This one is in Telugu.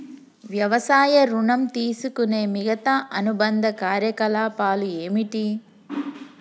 వ్యవసాయ ఋణం తీసుకునే మిగితా అనుబంధ కార్యకలాపాలు ఏమిటి?